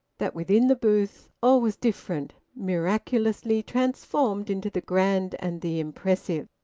that within the booth all was different, miraculously transformed into the grand and the impressive.